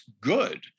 good